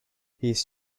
he’s